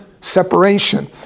separation